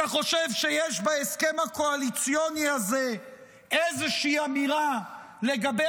אתה חושב שיש בהסכם הקואליציוני הזה איזושהי אמירה לגבי